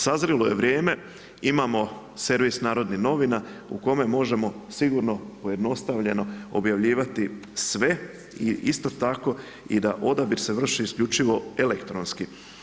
Sazrjelo je vrijeme, imamo servis Narodnih novina u kome možemo sigurno, pojednostavljeno objavljivati sve i isto tako i da odabir se vrši isključivo elektronski.